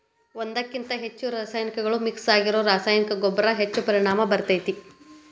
ಒಂದ್ಕಕಿಂತ ಹೆಚ್ಚು ರಾಸಾಯನಿಕಗಳು ಮಿಕ್ಸ್ ಆಗಿರೋ ರಾಸಾಯನಿಕ ಗೊಬ್ಬರ ಹೆಚ್ಚ್ ಪರಿಣಾಮ ಬೇರ್ತೇತಿ